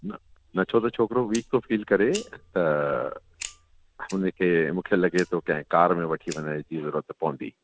न छो त छोकिरो वीक थो फील करे त हुन खे मूंखे लॻे थो कंहिं कार में वठी वञण जी ज़रूरत पवंदी